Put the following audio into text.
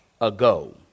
ago